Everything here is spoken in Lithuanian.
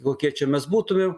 kokie čia mes būtumėm